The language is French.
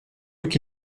qu’il